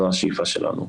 זו השאיפה שלנו.